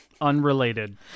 Unrelated